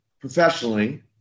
professionally